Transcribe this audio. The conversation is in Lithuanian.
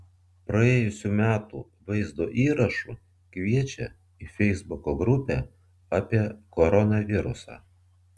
praėjusių metų vaizdo įrašu kviečia į feisbuko grupę apie koronavirusą